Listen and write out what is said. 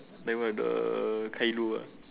like what the Kaido